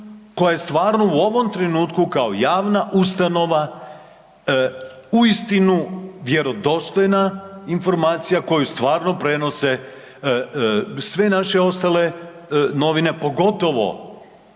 koja je stvarno u ovom trenutku kao javna ustanova uistinu vjerodostojna informacija, koji stvarno prenose sve naše ostale novine pogotovo